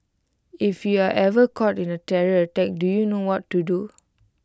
if you are ever caught in A terror attack do you know what to do